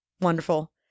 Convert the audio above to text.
wonderful